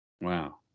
Wow